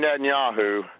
Netanyahu